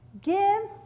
gives